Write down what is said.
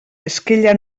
esquella